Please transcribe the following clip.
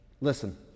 Listen